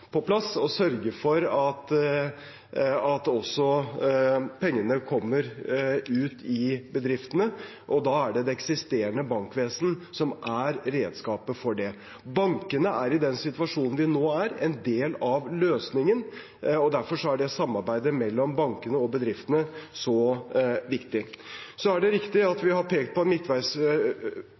på plass og å sørge for at også pengene kommer ut i bedriftene. Da er det det eksisterende bankvesenet som er redskapet for det. Bankene er i den situasjonen vi nå er i, en del av løsningen. Derfor er samarbeidet mellom bankene og bedriftene så viktig. Så er det riktig at vi har pekt på